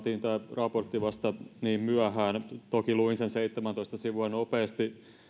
raportti vasta niin myöhään toki luin sen seitsemäntoista sivua nopeasti